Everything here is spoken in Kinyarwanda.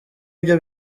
ibyo